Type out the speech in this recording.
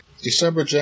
December